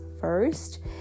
first